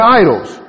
idols